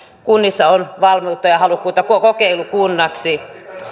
kunnissa on valmiutta ja halukkuutta kokeilukunnaksi